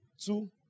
two